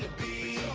be